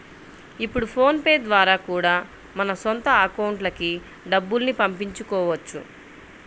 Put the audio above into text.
ఇప్పుడు PhonePe ద్వారా కూడా మన సొంత అకౌంట్లకి డబ్బుల్ని పంపించుకోవచ్చు